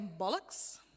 bollocks